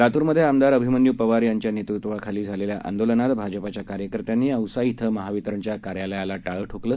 लातूरमधे आमदार अभिमन्यू पवार यांच्या नेतृत्वाखाली झालेल्या आंदोलनात भाजपाच्या कार्यकर्त्यांनी औसा इथं महावितरणच्या कार्यालयाला टाळं ठोकलं